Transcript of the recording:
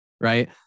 Right